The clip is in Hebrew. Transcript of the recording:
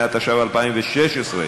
התשע"ו 2016,